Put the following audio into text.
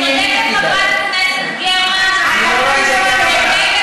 צודקת חברת הכנסת גרמן, יפעת.